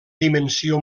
dimensió